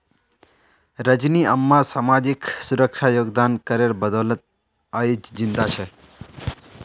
रजनी अम्मा सामाजिक सुरक्षा योगदान करेर बदौलत आइज जिंदा छ